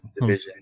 division